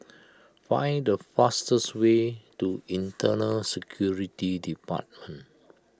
find the fastest way to Internal Security Depart